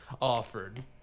offered